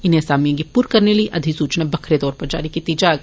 इनें असामियें गी प्र करने लेई अधिसूचना बक्खरे तौर पर जारी कीती जाग